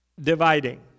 Dividing